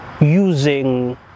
using